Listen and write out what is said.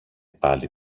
πάλι